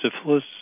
syphilis